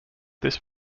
this